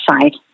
side